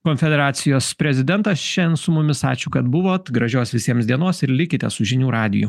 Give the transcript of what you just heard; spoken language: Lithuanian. konfederacijos prezidentas šiandien su mumis ačiū kad buvot gražios visiems dienos ir likite su žinių radiju